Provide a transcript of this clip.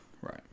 Right